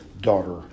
daughter